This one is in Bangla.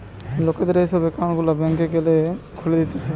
লোকদের এই সব একউন্ট গুলা ব্যাংকে গ্যালে খুলে দিতেছে